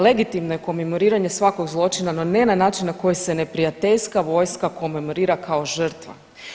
Legitimno je komemoriranje svakog zločina, no ne način na koji se neprijateljska vojska komemorira kao žrtva.